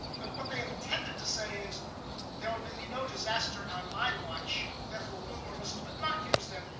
but what they have intended to say is there will only be no disaster on my watch. therefore, we'll build more missiles, but not use them.